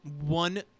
one